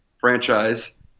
franchise